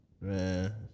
Man